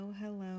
hello